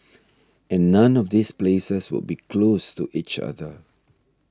and none of these places would be close to each other